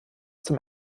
zum